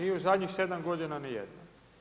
I u zadnjih 7 godina ni jednom.